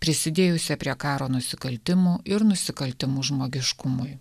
prisidėjusią prie karo nusikaltimų ir nusikaltimų žmogiškumui